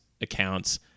accounts